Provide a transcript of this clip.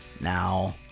now